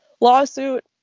lawsuit